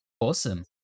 Awesome